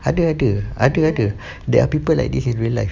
ada ada ada ada there are people like this in real life